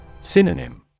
Synonym